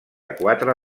quatre